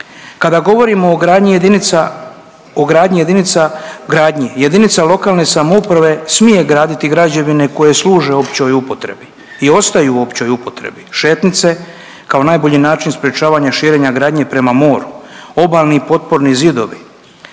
Kada govorimo o gradnji jedinica gradnje, jedinica lokalne samouprave smije graditi građevine koje služe općoj upotrebi i ostaju u općoj upotrebi šetnice kao najbolji način sprječavanja širenja gradnje prema moru, obalni potporni zidovi